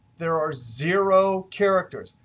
there are zero characters.